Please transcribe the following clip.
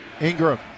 ingram